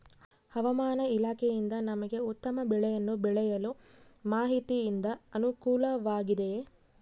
ಹವಮಾನ ಇಲಾಖೆಯಿಂದ ನಮಗೆ ಉತ್ತಮ ಬೆಳೆಯನ್ನು ಬೆಳೆಯಲು ಮಾಹಿತಿಯಿಂದ ಅನುಕೂಲವಾಗಿದೆಯೆ?